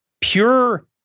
pure